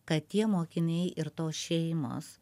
kad tie mokiniai ir tos šeimos